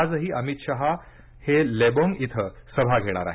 आजही अमित शहा हे लेबोंग इथं सभा घेणार आहेत